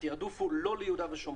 התעדוף הוא לא ליהודה ושומרון.